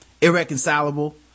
irreconcilable